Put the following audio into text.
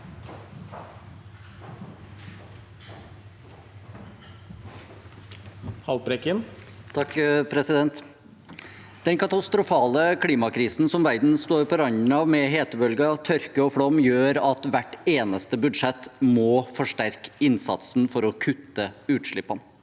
Den katastrofale klimakrisen som verden står på randen av, med hetebølger, tørke og flom, gjør at hvert eneste budsjett må forsterke innsatsen for å kutte utslippene.